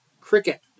Cricket